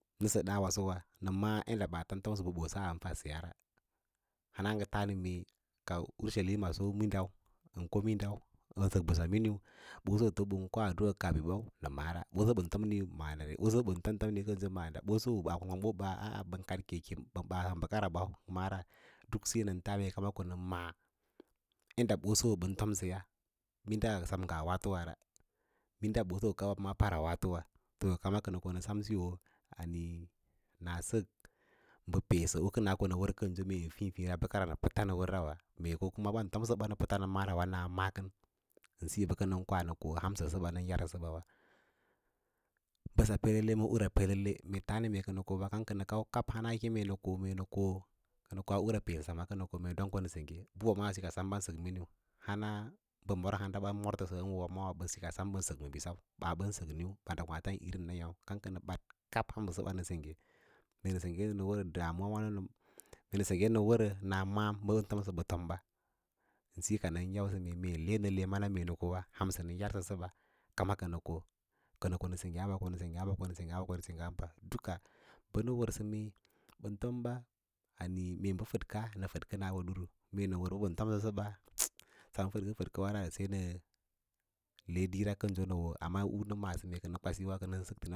Nəsə ɗa wa nəsəwa nə maꞌâ yaɗɗa ɓaafan tomsə ma bəɓoss yin faɗsiya ra, hana a tas nə mue ka ursaima so wa ka minɗau ən ko mindau ɓan sək mbəss miniu ɓosofo ɓən koa aɗduꞌa las biɓau nə maꞌâra, ɓoso ɓən tominiu mara, ɓoso bən tom ni kənsou mada boso ɓaa kwang kwang kəsoba bənkadke keu mada kemɓə ɓaa ɓəkara ɓau dak biyo nən ɓə ɓaa bəkara ɓau duk biyo nən tas mee kama konə ma’à yadda ɓoso ɓən tomsəya, minda sem ngas waatowara, minda ɓaso kawa para wafowa to kama ko nə sam siyo ale nas sək mbə peesal kams konawər kənso mee a fiĩfiĩ bəka nə pətsnə wərrawa mee kor kuma bə ɓan tomsə nə pəts nə maꞌāra na ma kən ən siyo kənə kwa nə koa hamsəsəbawa nən yarsəsəɓawe mbəsa pelelele ma ura pelelele mee faanə mee a nə ko kam kənə ko mee nə ko koa ure peesə ma kənə ko don ko nə sengge bə mov handa sa a kansək ma bisau baa bən sək niu bandə kwǎǎta ndə irin ɓuts nayah kam kənə bad lab nə sengge mee senggen nə wərən damuwa wīno kənə surgge nə wərə na maꞌâ ɓə tomsə ɓə tomɓa siyo kanən yausə mee le le mana mee nə koua hausə nə yausə səba kama kənə ko, kə nə ko nə sengge hamba nə sengge hamba duka ɓə nə wər mee ɓən tmɓa meen bə fədka nə fədkə na naa woodwu mee nə wər bən tomsəb sem bə bə fədkə fədkə bara sai le diira kənso nə wo sal ma unə ma’ə’sə mee kənə kwasiwa.